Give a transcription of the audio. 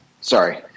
Sorry